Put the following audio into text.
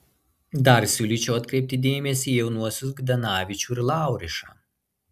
dar siūlyčiau atkreipti dėmesį į jaunuosius kdanavičių ir laurišą